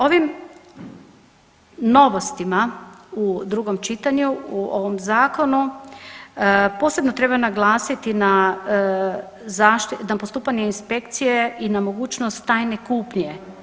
Ovim novostima u drugom čitanju u ovom zakonu posebno treba naglasiti na postupanje inspekcije i na mogućnost tajne kupnje.